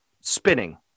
spinning